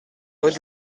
rue